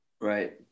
Right